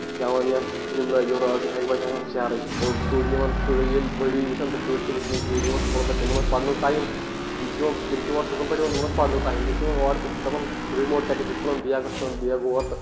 کیٛاہ وَنان یَتھ فِلِم لٲگِو رٲژ سٕنٛزِ اَکہِ بَجہِ آسان ہُشارَے اورٕ شُرۍ یِوان شُرٕ ییٚلہِ بٔڑی وٕچھَن تہٕ شُرۍ تہِ وُچھنٕے شُرۍ یِوان سکوٗلو پَتہٕ تِمَن اوس پَرنُک ٹایم تِم چھِ یِوان تِم چھِ اور سکوٗل پٮ۪ٹھ یِوان تِمَن اوس پَرنُک ٹایم تِم چھِ یِوان اورٕ تِم چھِ دَپان سُہ رِموٹ تُلان بیگ ژھٕنان بیگ ہور تہٕ